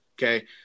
Okay